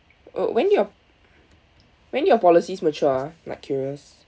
oh when do your when do your policies mature ah like curious